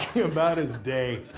about his day.